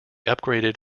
upgraded